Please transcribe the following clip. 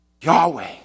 Yahweh